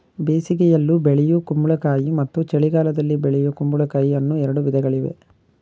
ಬೇಸಿಗೆಯಲ್ಲಿ ಬೆಳೆಯೂ ಕುಂಬಳಕಾಯಿ ಮತ್ತು ಚಳಿಗಾಲದಲ್ಲಿ ಬೆಳೆಯೂ ಕುಂಬಳಕಾಯಿ ಅನ್ನೂ ಎರಡು ವಿಧಗಳಿವೆ